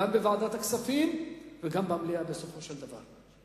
גם בוועדת הכספים וגם במליאה בסופו של דבר.